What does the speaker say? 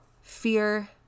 fear